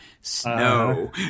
snow